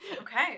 Okay